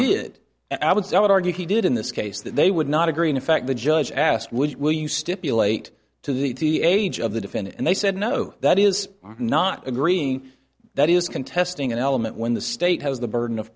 did and i would say i would argue he did in this case that they would not agree in fact the judge asked would you will you stipulate to the d age of the defendant and they said no that is not agreeing that is contesting an element when the state has the burden of